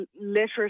literacy